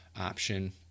option